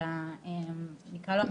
של הנקרא לו,